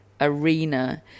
arena